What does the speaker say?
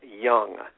young